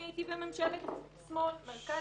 אני הייתי בממשלת מרכז-שמאל,